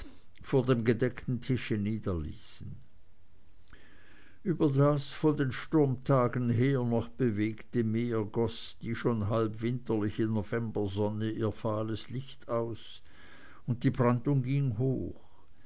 vor dem gedeckten tisch niederließen über das von den sturmtagen her noch bewegte meer goß die schon halb winterliche novembersonne ihr fahles licht aus und die brandung ging hoch